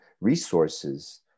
resources